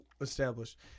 established